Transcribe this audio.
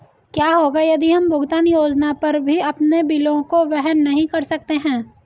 क्या होगा यदि हम भुगतान योजना पर भी अपने बिलों को वहन नहीं कर सकते हैं?